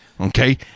okay